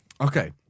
Okay